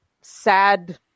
sad